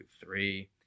three